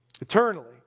eternally